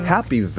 Happy